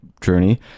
journey